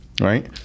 Right